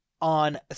on